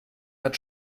hat